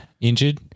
injured